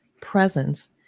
presence